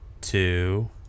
two